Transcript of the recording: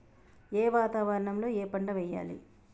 ఏ వాతావరణం లో ఏ పంట వెయ్యాలి?